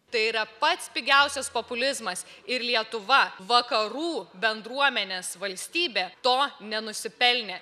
tai yra pats pigiausias populizmas ir lietuva vakarų bendruomenės valstybė to nenusipelnė